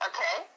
Okay